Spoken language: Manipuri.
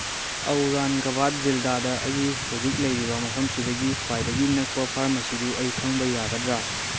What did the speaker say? ꯑꯧꯔꯥꯟꯒꯥꯕꯥꯠ ꯖꯤꯂꯥꯗ ꯑꯩꯒꯤ ꯍꯧꯖꯤꯛ ꯂꯩꯔꯤꯕ ꯃꯐꯝꯁꯤꯗꯒꯤ ꯈ꯭ꯋꯥꯏꯗꯒꯤ ꯅꯛꯄ ꯐꯥꯔꯃꯥꯁꯤꯗꯨ ꯑꯩ ꯈꯪꯕ ꯌꯥꯒꯗ꯭ꯔꯥ